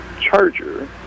charger